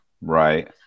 Right